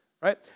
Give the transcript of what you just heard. right